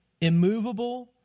immovable